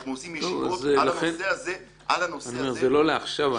אנחנו עושים ישיבות על הנושא הזה -- זה לא לעכשיו.